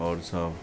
आओर सब